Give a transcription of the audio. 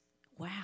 Wow